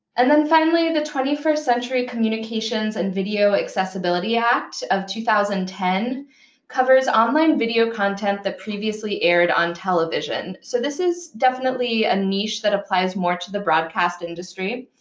and then finally, the twenty first century communications and video accessibility act of two thousand and ten covers online video content that previously aired on television. so this is definitely a niche that applies more to the broadcast industry,